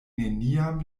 neniam